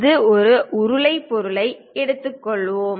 இது ஒரு உருளை பொருளை எடுத்துக்கொள்வோம்